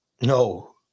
No